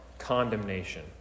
condemnation